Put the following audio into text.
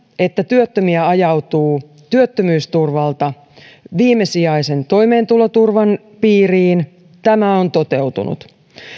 että työttömiä ajautuu työttömyysturvalta viimesijaisen toimeentuloturvan piiriin tämä on toteutunut